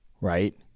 right